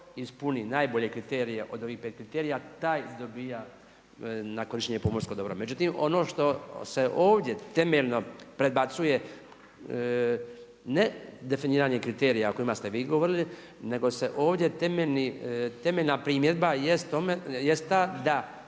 ispuni najbolje kriterije od ovih pet kriterija taj dobija na korištenje pomorsko dobro. Međutim ono što se ovdje temeljno predbacuje ne definiranje kriterija o kojima ste vi govorili nego se ovdje temeljna primjedba jest ta da